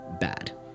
bad